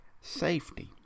safety